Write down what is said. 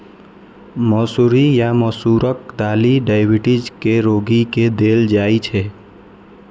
मौसरी या मसूरक दालि डाइबिटीज के रोगी के देल जाइ छै